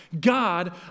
God